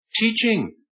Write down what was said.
teaching